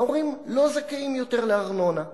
ההורים לא זכאים יותר להנחה בארנונה.